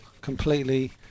completely